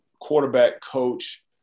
quarterback-coach